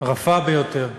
רפה ביותר.